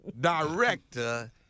Director